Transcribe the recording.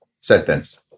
sentence